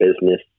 business